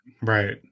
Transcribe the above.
Right